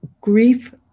grief